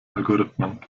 algorithmen